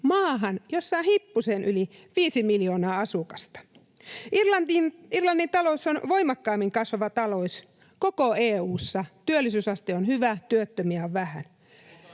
maahan, jossa on hippusen yli viisi miljoonaa asukasta. Irlannin talous on voimakkaimmin kasvava talous koko EU:ssa, työllisyysaste on hyvä, työttömiä on vähän.